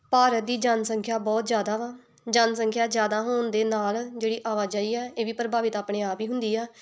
ਭਾਰਤ ਦੀ ਜਨਸੰਖਿਆ ਬਹੁਤ ਜ਼ਿਆਦਾ ਵਾ ਜਨਸੰਖਿਆ ਜ਼ਿਆਦਾ ਹੋਣ ਦੇ ਨਾਲ ਜਿਹੜੀ ਆਵਾਜਾਈ ਹੈ ਇਹ ਵੀ ਪ੍ਰਭਾਵਿਤ ਆਪਣੇ ਆਪ ਹੀ ਹੁੰਦੀ ਆ